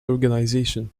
organization